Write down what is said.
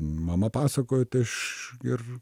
mama pasakojo tai aš ir